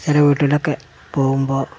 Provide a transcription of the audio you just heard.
ചില വീട്ടിലൊക്കെ പോകുമ്പോൾ